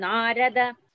Narada